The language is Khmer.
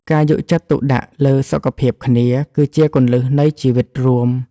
ការយកចិត្តទុកដាក់លើសុខភាពគ្នាគឺជាគន្លឹះនៃជីវិតរួម។